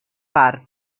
part